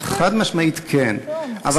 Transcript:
חד-משמעית כן.